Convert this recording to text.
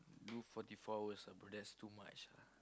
do forty four hours ah bro that's too much ah